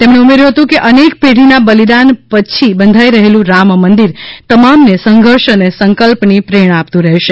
તેમણે ઉમેર્યું હતું કે અનેક પેઢી ના બલિદાન પછી બંધાઈ રહેલુ રામ મંદિર તમામ ને સંઘર્ષ અને સંકલ્પ ની પ્રેરણા આપતું રહેશે